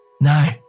No